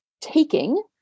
taking